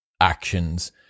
actions